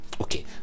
Okay